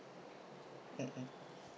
mm mm